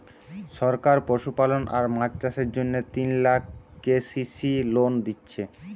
সরকার পশুপালন আর মাছ চাষের জন্যে তিন লাখ কে.সি.সি লোন দিচ্ছে